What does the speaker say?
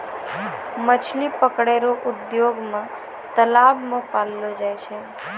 मछली पकड़ै रो उद्योग मे तालाब मे पाललो जाय छै